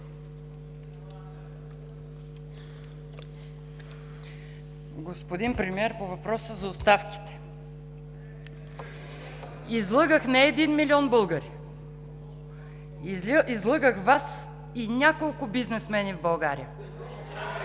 Господин Премиер, по въпроса за оставките, излъгах не един милион българи, излъгах Вас и няколко бизнесмени в България.